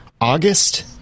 August